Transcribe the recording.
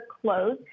closed